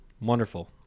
Wonderful